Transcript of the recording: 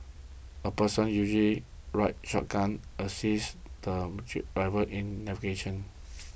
a person usually rides shotgun assists the driver in navigation